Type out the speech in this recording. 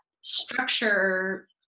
structure